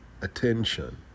attention